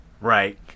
Right